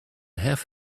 have